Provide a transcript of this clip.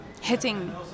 hitting